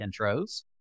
intros